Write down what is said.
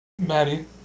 Maddie